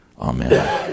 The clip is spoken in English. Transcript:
Amen